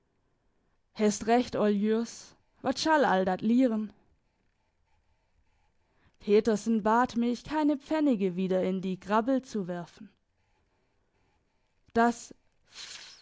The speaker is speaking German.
all dat lihren petersen bat mich keine pfennige wieder in die grabbel zu werfen das